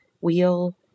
wheel